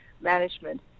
management